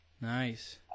Nice